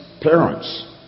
parents